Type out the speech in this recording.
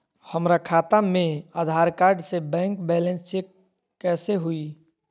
हमरा खाता में आधार कार्ड से बैंक बैलेंस चेक कैसे हुई?